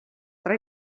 tra